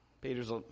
Peter's